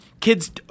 Kids